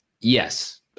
yes